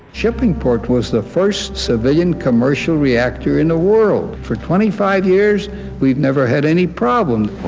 shippingport was the first civilian commercial reactor in the world. for twenty five years we've never had any problem.